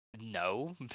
no